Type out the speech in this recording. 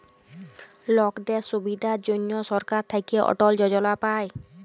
লকদের সুবিধার জনহ সরকার থাক্যে অটল যজলা পায়